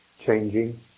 changing